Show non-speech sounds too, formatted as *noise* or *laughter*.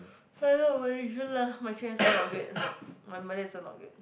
*noise* I not Malaysian lah my Chinese also not good my Malay also not good